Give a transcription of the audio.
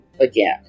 again